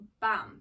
bam